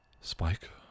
Spike